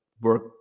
work